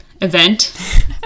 event